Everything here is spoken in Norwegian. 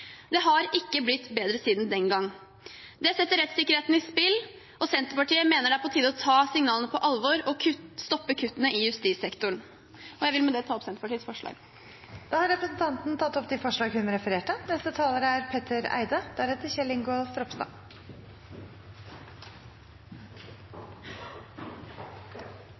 Det har ikke blitt bedre siden den gang. Det setter rettssikkerheten i spill. Senterpartiet mener det er på tide å ta signalene på alvor og stoppe kuttene i justissektoren. Jeg vil med det ta opp Senterpartiets forslag. Representanten Emilie Enger Mehl har tatt opp de forslagene hun refererte